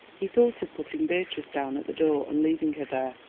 he thought of putting beatrice down at the door and leaving her there,